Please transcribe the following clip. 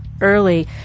early